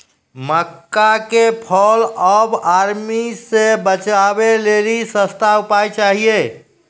मक्का के fall of army से बचाबै लेली सस्ता उपाय चाहिए?